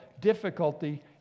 difficulty